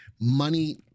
money